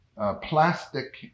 Plastic